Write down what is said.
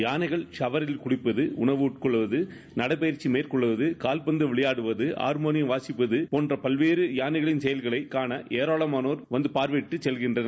யானைகள் ஷவரில் குளிப்பது உணவு உட்கொள்வது நடைப்பயிற்சி மேற்கொள்வது கால்பந்து விளையாடுவது ஆர்மோனியம் வாசிப்பது போன்ற பல்வேறு யானைகளின் செயல்களை காண ஏராளமானோர் பார்வையிட்டு செல்கின்றனர்